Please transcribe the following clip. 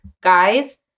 guys